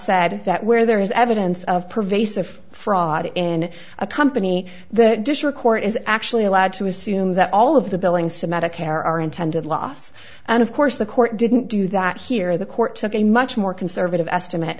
said that where there is evidence of pervasive fraud in a company the district court is actually allowed to assume that all of the billings to medicare are intended loss and of course the court didn't do that here the court took a much more conservative estimate